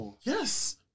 Yes